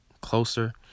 closer